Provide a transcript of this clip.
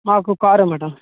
మాకు car madam